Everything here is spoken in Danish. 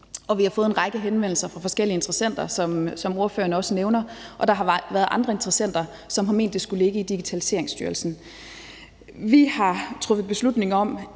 og vi har fået en række henvendelser fra forskellige interessenter, som ordføreren også nævner, og der har været andre interessenter, som har ment, det skulle ligge i Digitaliseringsstyrelsen. Vi har truffet beslutning om,